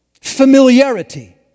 familiarity